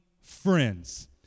friends